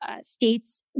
states